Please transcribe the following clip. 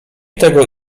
tego